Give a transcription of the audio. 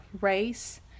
race